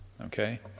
okay